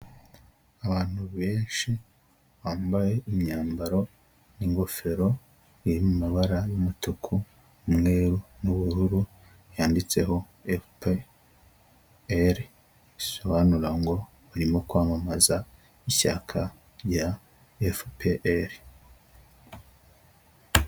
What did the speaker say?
Abantu benshi bambaye imyambaro n'ingofero biri mu mabara y'umutuku n'ubururu yanditseho FPR, bisobanura ngo barimo kwamamaza ishyaka rya FPR.